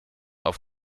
auf